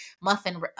muffin